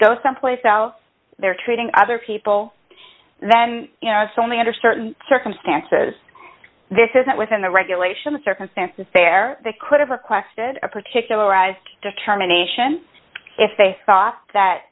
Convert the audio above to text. go someplace else they're treating other people then you know it's only under certain circumstances this is not within the regulations circumstances there could have requested a particular arise determination if they thought that